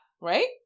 Right